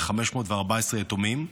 וגם 514 יתומים,